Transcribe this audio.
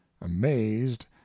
amazed